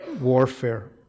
warfare